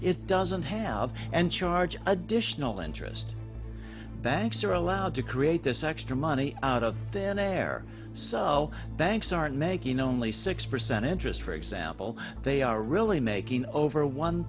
it doesn't have and charge additional interest banks are allowed to create this extra money out of thin air so banks aren't making only six percent interest for example they are really making over one